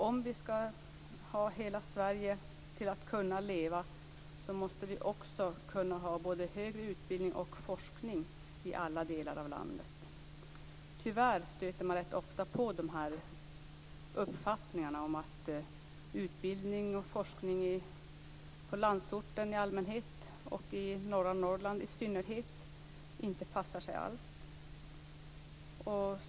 Om vi skall kunna få hela Sverige att leva måste vi också kunna ha både högre utbildning och forskning i hela landet. Tyvärr stöter man rätt ofta på uppfattningarna att utbildning och forskning på landsorten i allmänhet och i norra Norrland i synnerhet inte passar sig alls.